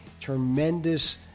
tremendous